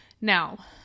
Now